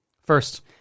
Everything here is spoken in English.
First